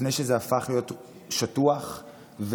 לפני שזה הפך להיות שטוח וסאונד-בייטי